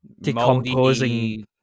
decomposing